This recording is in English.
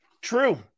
true